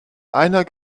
einer